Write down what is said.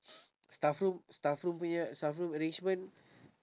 staff room staff room punya staff room arrangement